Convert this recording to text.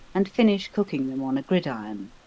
and finish cooking them on a gridiron.